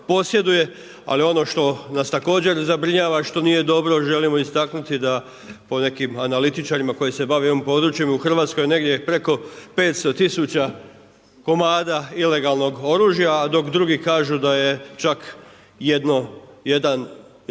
Ali ono što nas također zabrinjava i što nije dobro, želimo istaknuti da po nekim analitičarima koji se bave ovim područjem u Hrvatskoj je negdje preko 500 tisuća komada ilegalnog oružja, dok drugi kažu da je čak jedno